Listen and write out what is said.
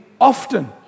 often